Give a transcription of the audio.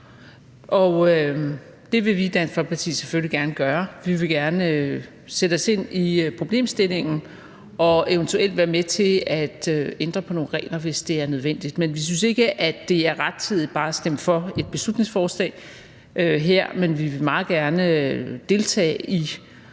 Det vil vi i Dansk Folkeparti selvfølgelig gerne gøre. Vi vil gerne sætte os ind i problemstillingen og eventuelt være med til at ændre på nogle regler, hvis det er nødvendigt. Men vi synes ikke, det er rettidigt bare at stemme for et beslutningsforslag her, men vi vil meget gerne deltage i